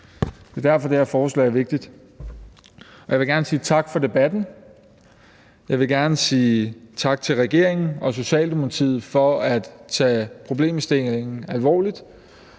Det er derfor, det her forslag er vigtigt. Jeg vil gerne sige tak for debatten. Jeg vil gerne sige tak til regeringen og Socialdemokratiets ordfører for at tage problemstillingen alvorligt